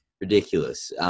ridiculous